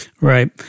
Right